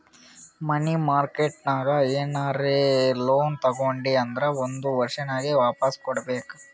ಮನಿ market ನಾಗ್ ಏನರೆ loan ತಗೊಂಡಿ ಅಂದುರ್ ಒಂದ್ ವರ್ಷನಾಗೆ ವಾಪಾಸ್ ಕೊಡ್ಬೇಕ್